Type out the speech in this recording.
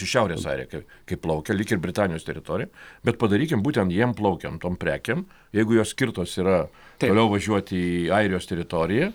į šiaurės airiją kai kai plaukia lyg ir britanijos teritorija bet padarykim būtent jiem plaukiant tom prekėm jeigu jos skirtos yra toliau važiuoti į airijos teritoriją